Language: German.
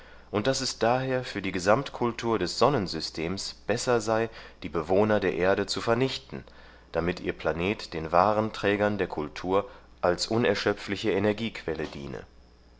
und daß es daher für die gesamtkultur des sonnensystems besser sei die bewohner der erde zu vernichten damit ihr planet den wahren trägern der kultur als unerschöpfliche energiequelle diene